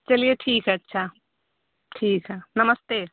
चलिए ठीक है अच्छा ठीक है नमस्ते